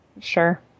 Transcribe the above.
Sure